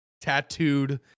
tattooed